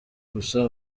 gusa